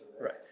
Right